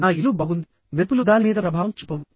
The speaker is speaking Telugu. నా ఇల్లు బాగుంది మెరుపులు దాని మీద ప్రభావం చూపవు